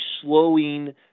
slowing